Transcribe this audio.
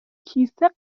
کیسه